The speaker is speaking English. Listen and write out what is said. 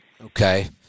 Okay